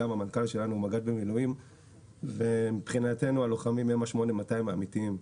גם המנכ"ל שלנו מג"ד במילואים ומבחינתנו הלוחמים הם ה-8200 האמיתיים.